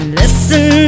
listen